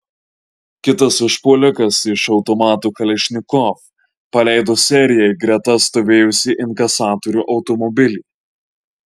kitas užpuolikas iš automato kalašnikov paleido seriją į greta stovėjusį inkasatorių automobilį